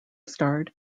starred